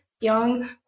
young